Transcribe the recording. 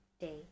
day